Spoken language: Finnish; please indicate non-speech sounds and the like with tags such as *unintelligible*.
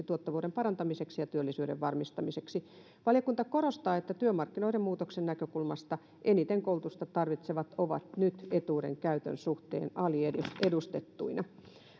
*unintelligible* tuottavuuden parantamiseksi ja työllisyyden varmistamiseksi valiokunta korostaa että työmarkkinoiden muutoksen näkökulmasta eniten koulutusta tarvitsevat ovat nyt etuuden käytön suhteen aliedustettuina